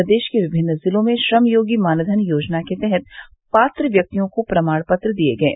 प्रदेश के विभिन्न ज़िलों में श्रमयोगी मानधन योजना के तहत पात्र व्यक्तियों को प्रमाण पत्र दिये गये